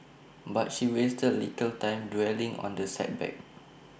but she wasted A little time dwelling on the setback